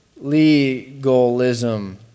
legalism